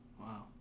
Wow